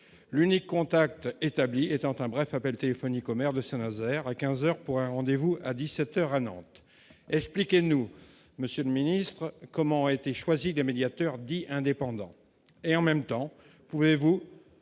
l'unique contact établi était enfin bref appel téléphonique au maire de Saint-Nazaire à 15 heures pour un un rendez-vous à 17 heures à Nantes, expliquez-nous, Monsieur le ministre, comment a été choisi des médiateurs dits indépendants et en même temps, pouvez-vous